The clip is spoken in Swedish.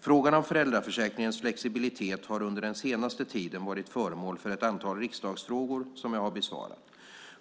Frågan om föräldraförsäkringens flexibilitet har under den senare tiden varit föremål för ett antal riksdagsfrågor som jag har besvarat.